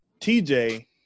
TJ